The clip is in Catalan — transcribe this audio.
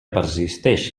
persisteix